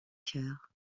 chœur